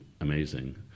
amazing